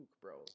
bro